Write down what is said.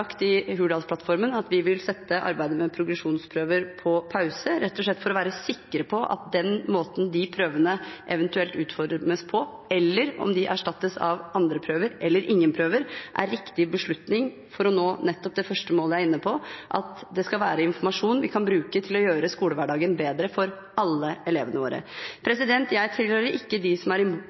i Hurdalsplattformen at vi vil sette arbeidet med progresjonsprøver på pause, rett og slett for å være sikre på at den måten de prøvene eventuelt utformes på – eller om de erstattes av andre prøver eller ingen prøver – er riktig beslutning for å nå nettopp det første målet jeg var inne på: at det skal være informasjon vi kan bruke til å gjøre skolehverdagen bedre for alle elevene våre. Jeg tilhører ikke dem som er